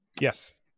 yes